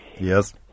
Yes